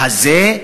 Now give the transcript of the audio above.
הזה.